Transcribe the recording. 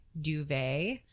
duvet